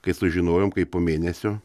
kai sužinojom kaip po mėnesio